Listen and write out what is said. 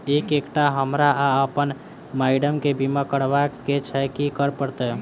Sir एकटा हमरा आ अप्पन माइडम केँ बीमा करबाक केँ छैय की करऽ परतै?